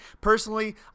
Personally